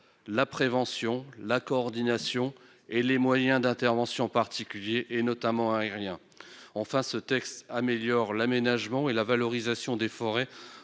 la prévention, la coordination et les moyens d'intervention, notamment aériens. Enfin, ce texte vise à améliorer l'aménagement et la valorisation des forêts,